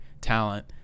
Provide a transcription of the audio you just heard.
talent